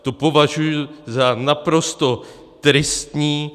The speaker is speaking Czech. To považuji za naprosto tristní.